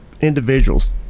individuals